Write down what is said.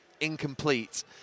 incomplete